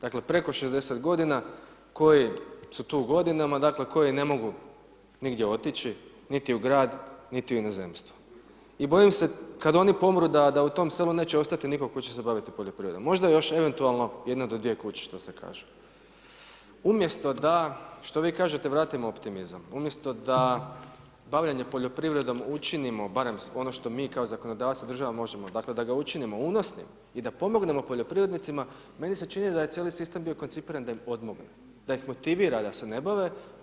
Dakle, preko 60 godina koji su tu godinama, dakle, koji ne mogu nigdje otići, niti u grad, niti u inozemstvo, i bojim se kad oni pomru da u tom selu neće ostati nikoga tko će se baviti poljoprivredom, možda još eventualno jedna do dvije kuće, što se kaže, Umjesto da, što vi kažete vratite optimizam, umjesto da bavljenje poljoprivredom učinimo barem ono što mi kao zakonodavci i država možemo, dakle da ga učinimo unosnim i da pomognemo poljoprivrednicima, meni se čini da je cijeli sistem bio koncipiran da ga odmognemo, da ih motivira da se ne bave.